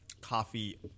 coffee